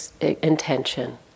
intention